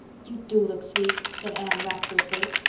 you do look sweet, said anne rapturously.